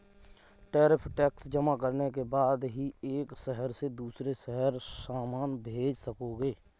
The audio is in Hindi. टैरिफ टैक्स जमा करने के बाद ही एक शहर से दूसरे शहर सामान भेज सकोगे